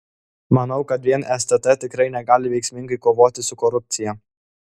manau kad vien stt tikrai negali veiksmingai kovoti su korupcija